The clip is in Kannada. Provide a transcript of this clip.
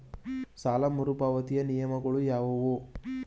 ಸಾಲ ಮರುಪಾವತಿಯ ನಿಯಮಗಳು ಯಾವುವು?